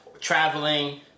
traveling